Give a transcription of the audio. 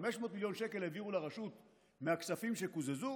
500 מיליון שקל העבירו לרשות מהכספים שקוזזו,